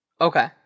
Okay